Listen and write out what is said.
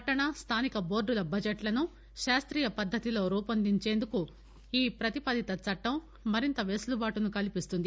పట్టణ స్దానిక బోర్డుల బడ్జెట్ లను శాస్తీయ పద్దతిలో రూపొందించేందుకు ఈ ప్రతిపాదిత చట్టం మరింత పెసలుబాటును కల్పిస్తుంది